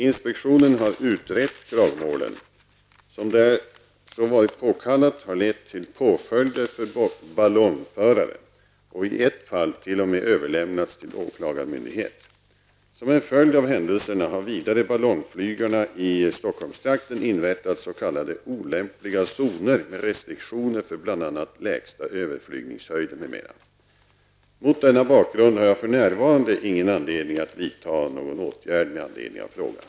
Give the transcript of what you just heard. Inspektionen har utrett klagomålen, som där så varit påkallat har lett till påföljder för ballongföraren och i ett fall t.o.m. överlämnats till åklagarmyndighet. Som en följd av händelserna har vidare ballongflygarna i Mot denna bakgrund har jag för närvarande ingen anledning att vidta någon åtgärd med anledning av frågan.